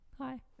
Hi